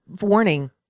Warning